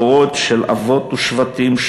דורות של אבות ושבטים,